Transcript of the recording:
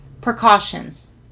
precautions